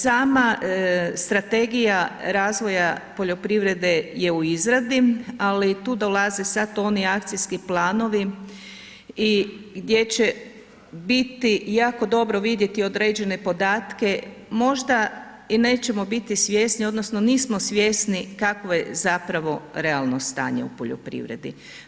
Sama Strategija razvoja poljoprivrede je u izradi ali tu dolaze sada oni akcijski planovi i gdje će biti jako dobro vidjeti određene podatke, možda i nećemo biti svjesni, odnosno nismo svjesni kakvo je zapravo realno stanje u poljoprivredi.